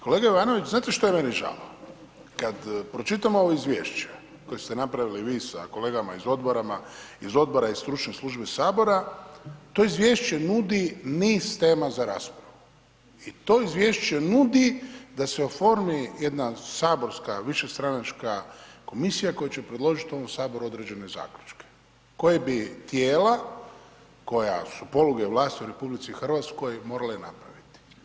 Kolega Jovanović, znate što je meni žao, kad pročitam ovo izvješće koje ste napravili vi sa kolegama iz odbora i stručne službe sabora, to izvješće nudi niz tema za raspravu i to izvješće nudi da se oformi jedna saborska višestranačka komisija koja će predložiti ovom saboru određene zaključke, koje bi tijela koja su poluge vlasti u RH morale napraviti.